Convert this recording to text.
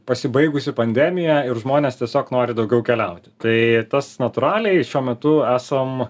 pasibaigusi pandemija ir žmonės tiesiog nori daugiau keliauti tai tas natūraliai šiuo metu esam